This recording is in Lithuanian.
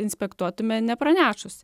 inspektuosime nepranešus